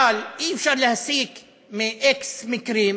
אבל אי-אפשר להסיק מ-x מקרים